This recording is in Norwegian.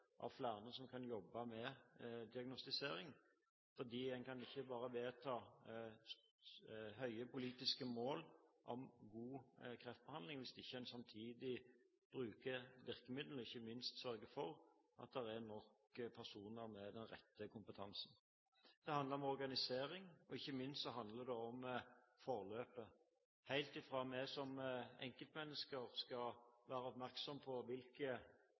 av flere som kan jobbe med diagnostisering. En kan ikke bare vedta høye politiske mål om god kreftbehandling hvis en ikke samtidig bruker virkemidlene og ikke minst sørger for at det er nok personer med den rette kompetansen. Det handler om organisering, og ikke minst handler det om forløpet – helt fra vi som enkeltmennesker skal være oppmerksomme på hvilke